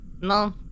No